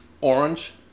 orange